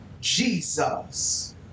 Jesus